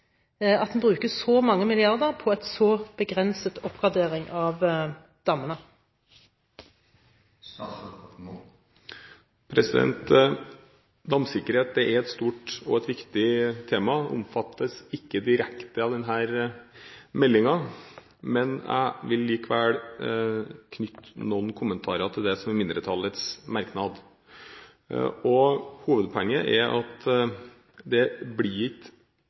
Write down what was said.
at en bruker så mange milliarder på en så begrenset oppgradering av dammene? Damsikkerhet er et stort og viktig tema. Det omfattes ikke direkte av denne meldingen, men jeg vil likevel knytte noen kommentarer til mindretallets merknad. Hovedpoenget er at det blir ikke